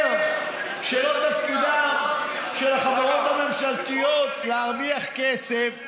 אומר שלא תפקידן של החברות הממשלתיות להרוויח כסף,